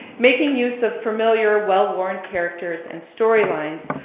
making use of familiar, well-worn characters and storylines,